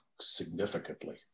significantly